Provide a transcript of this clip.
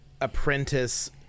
apprentice